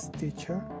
teacher